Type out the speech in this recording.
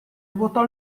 vuotò